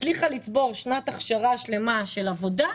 הצליחה לצבור שנת הכשרה שלמה של עבודה,